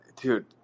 dude